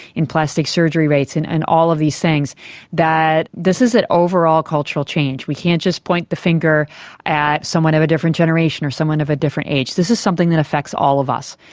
in plastic surgery rates and and all of these things that this is an overall cultural change. we can't just point the finger at someone of a different generation or someone of a different age, this is something that affects all of us.